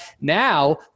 Now